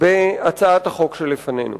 בהצעת החוק שלפנינו.